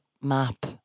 map